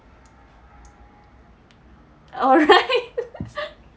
alright